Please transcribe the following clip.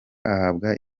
ahabwa